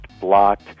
blocked